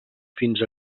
fins